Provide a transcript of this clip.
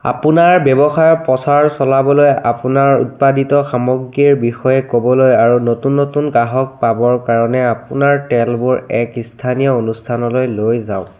আপোনাৰ ব্যৱসায়ৰ প্ৰচাৰ চলাবলৈ আপোনাৰ উৎপাদিত সামগ্ৰীৰ বিষয়ে ক'বলৈ আৰু নতুন নতুন গ্ৰাহক পাবৰ কাৰণে আপোনাৰ তেলবোৰ এক ইস্থানীয় অনুষ্ঠানলৈ লৈ যাওক